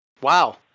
Wow